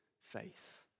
faith